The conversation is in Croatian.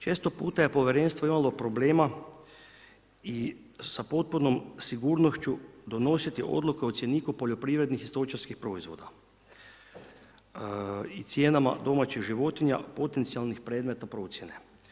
Često puta je Povjerenstvo imalo problema i sa potpunom sigurnošću donositi odluke o cjeniku poljoprivrednih i stočarskih proizvoda i cijenama domaćih životinja, potencijalnih predmeta procjene.